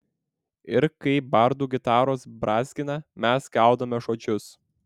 ir kai bardų gitaros brązgina mes gaudome žodžius